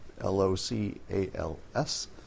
L-O-C-A-L-S